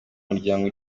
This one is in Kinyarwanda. muryango